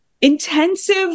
intensive